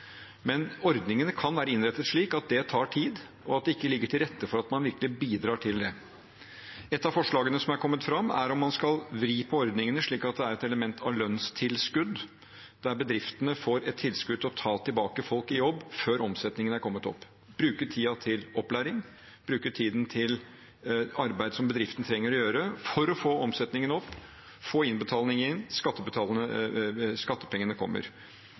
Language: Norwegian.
men ordningene kan være innrettet slik at det tar tid, og at det ikke ligger til rette for at man virkelig bidrar til det. Et av forslagene som er kommet fram, er om man skal vri på ordningene slik at det er et element av lønnstilskudd, der bedriftene får et tilskudd til å ta tilbake folk i jobb før omsetningen er kommet opp, bruke tiden til opplæring, bruke tiden til arbeid som bedriften trenger å gjøre for å få omsetningen opp, få innbetalingene inn, skattepengene kommer.